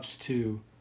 two